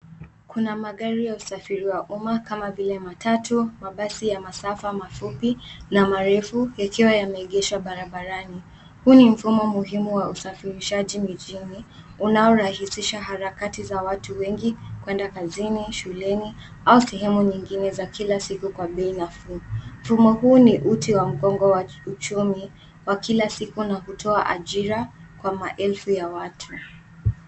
Kuna magari ya usafiri wa umma kama vile matatu, mabasi ya masafa mafupi na marefu yakiwa yameegeshwa barabarani. Huu ni mfumo muhimu wa usafirishaji mijini unaorahisisha harakati za watu wengi kuenda kazini, shuleni au sehemu nyingine za kila siku kwa bei nafuu. Mfumo huu ni uti wa mgongo wa kiuchumi wa kila siku na hutoa ajira kwa maelfu ya watu.